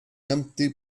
empty